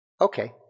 Okay